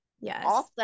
Yes